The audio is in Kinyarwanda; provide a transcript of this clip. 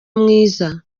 mwiza